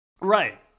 Right